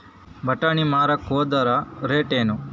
ಬಟಾನಿ ಮಾರಾಕ್ ಹೋದರ ರೇಟೇನು?